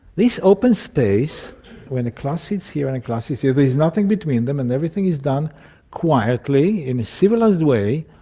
this open space when a class is here and a class is here, there's nothing between them and everything is done quietly in a civilised way,